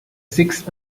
six